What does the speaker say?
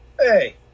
hey